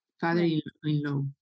father-in-law